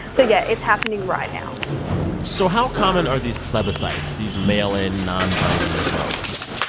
so yeah, it's happening right now so how common are these plebiscites these mail-in, non-binding votes?